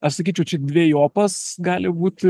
aš sakyčiau čia dvejopas gali būti